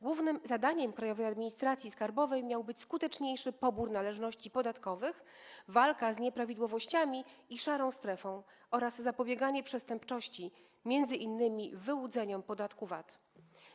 Głównym zadaniem Krajowej Administracji Skarbowej miał być skuteczniejszy pobór należności podatkowych, walka z nieprawidłowościami i szarą strefą oraz zapobieganie przestępczości, m.in. wyłudzeniom podatku VAT.